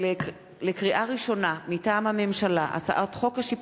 התשע"ג 2012, הצעת חוק אנשי